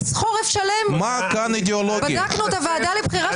כנס חורף שלם בדקנו את הוועדה לבחירת